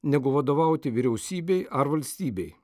negu vadovauti vyriausybei ar valstybei